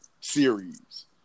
series